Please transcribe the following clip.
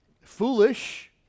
foolish